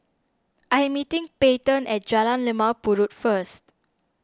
I'm meeting Peyton at Jalan Limau Purut first